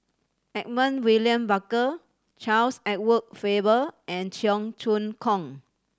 Edmund William Barker Charles Edward Faber and Cheong Choong Kong